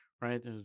right